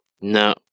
No